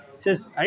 says